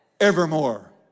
evermore